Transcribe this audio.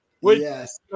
Yes